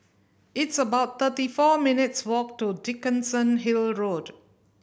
it's about thirty four minutes' walk to Dickenson Hill Road